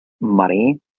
money